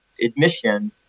admission